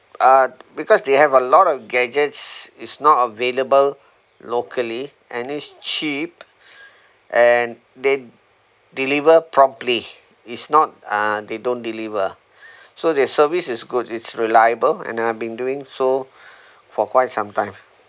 uh because they have a lot of gadgets it's not available locally and it's cheap and they deliver promptly it's not uh they don't deliver so their service is good it's reliable and I have been doing so for quite some time